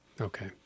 Okay